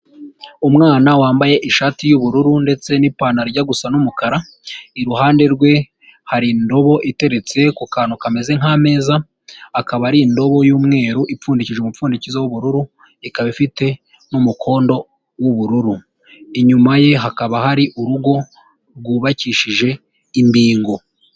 Umwana wambaye ishati y'ubururu ndetse n'ipantaro gusa n'umukara iruhande rwe hari indobo iteretse ku kantu kameze nk'ameza akaba ari indobo yumweru ipfundiki umupfundikizo w'ubururu ikaba ifite n'umukondo w'ubururu inyuma ye hakaba hari urugo rwubakishije imbingo.